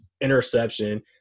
interception